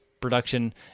production